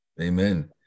Amen